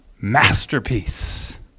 masterpiece